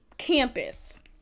campus